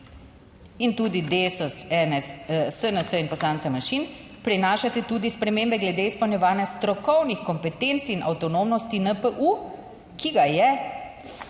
in tudi Desus, SNS in poslanci manjšin prinašate tudi spremembe glede izpolnjevanja strokovnih kompetenc in avtonomnosti NPU, ki ga je,